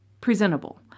presentable